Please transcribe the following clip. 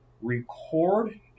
record